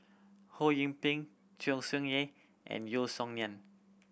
Ho Yee Ping Tsung Yeh and Yeo Song Nian